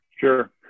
Sure